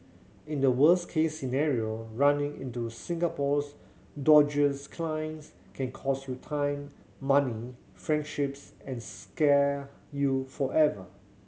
in the worst case scenario running into Singapore's dodgiest clients can cost you time money friendships and scar you forever